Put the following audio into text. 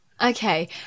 okay